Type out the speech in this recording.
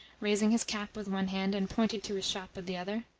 raising his cap with one hand, and pointing to his shop with the other.